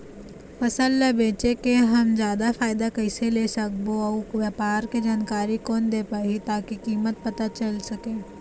फसल ला बेचे के हम जादा फायदा कैसे ले सकबो अउ व्यापार के जानकारी कोन दे पाही ताकि कीमत पता चल सके?